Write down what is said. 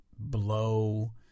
blow